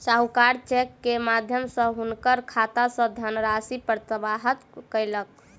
साहूकार चेक के माध्यम सॅ हुनकर खाता सॅ धनराशि प्रत्याहृत कयलक